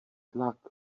tlak